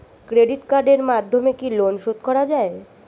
Credit কার্ডের মাধ্যমে কি লোন শোধ করা যায়?